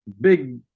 big